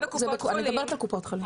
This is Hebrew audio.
אני מדברת על קופות חולים.